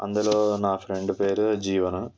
అందులో నా ఫ్రెండ్ పేరు జీవను